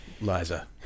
Liza